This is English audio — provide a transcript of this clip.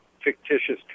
fictitious